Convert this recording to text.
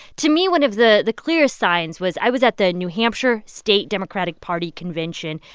to me, one of the the clearest signs was i was at the new hampshire state democratic party convention.